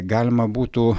galima būtų